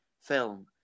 film